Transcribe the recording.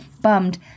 bummed